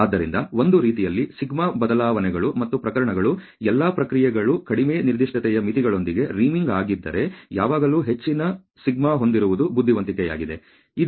ಆದ್ದರಿಂದ ಒಂದು ರೀತಿಯಲ್ಲಿ σ ಬದಲಾವಣೆಗಳು ಮತ್ತು ಪ್ರಕರಣಗಳು ಎಲ್ಲಾ ಪ್ರಕ್ರಿಯೆಗಳು ಕಡಿಮೆ ನಿರ್ದಿಷ್ಟತೆಯ ಮಿತಿಗಳೊಂದಿಗೆ ರಿಮಿಂಗ್ ಆಗಿದ್ದರೆ ಯಾವಾಗಲೂ ಹೆಚ್ಚಿನ σ ಹೊಂದಿರುವುದು ಬುದ್ಧಿವಂತಿಕೆಯಾಗಿದೆ